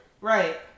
Right